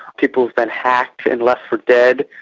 people who've been hacked and left for dead.